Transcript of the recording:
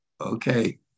Okay